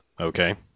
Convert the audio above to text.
Okay